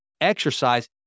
exercise